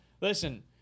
Listen